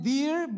Dear